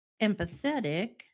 empathetic